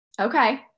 Okay